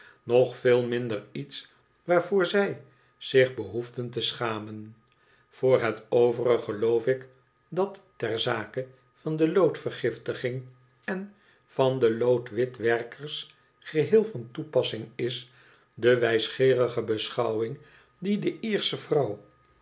noch veel minder iets waarvoor zij zich behoefden te schamen voor het overige geloof ik dat ter zake van de loodvergiftiging en van de loodwitwerkers geheel van toepassing is de wijsgeerige beschouwing dio de lersche vrouw